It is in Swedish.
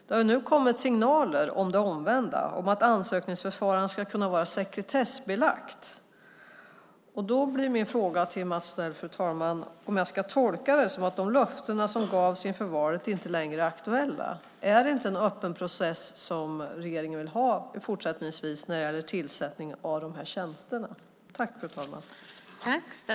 Det har nu kommit signaler om det omvända, om att ansökningsförfaranden ska kunna vara sekretessbelagda. Då blir min fråga till Mats Odell, fru talman, om jag ska tolka det som att de löften som gavs inför valet inte längre är aktuella. Är det inte en öppen process som regeringen vill ha fortsättningsvis när det gäller tillsättningen av de här tjänsterna?